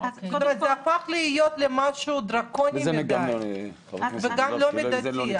זה הפך להיות משהו דרקוני מדי וגם לא מידתי,